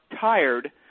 tired